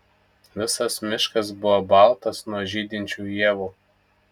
visas miškas buvo baltas nuo žydinčių ievų